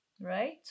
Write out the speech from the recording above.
right